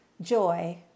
joy